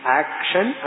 action